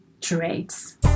traits